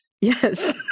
Yes